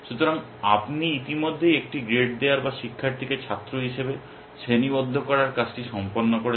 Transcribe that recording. সুতরাং আপনি ইতিমধ্যেই একটি গ্রেড দেওয়ার বা শিক্ষার্থীকে ছাত্র হিসাবে শ্রেণিবদ্ধ করার কাজটি সম্পন্ন করেছেন